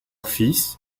fils